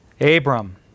Abram